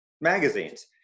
magazines